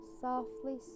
Softly